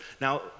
now